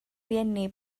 rieni